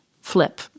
flip